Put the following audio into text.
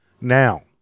Now